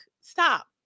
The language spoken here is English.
stop